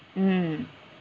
mm